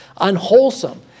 unwholesome